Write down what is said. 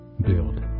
build